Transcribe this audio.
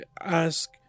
ask